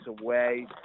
away